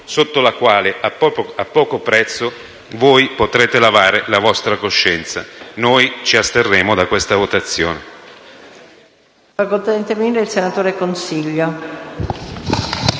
sotto la quale, a poco prezzo, potrete lavare la vostra coscienza. Noi ci asterremo da questa votazione.